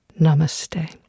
Namaste